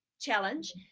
challenge